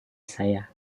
saya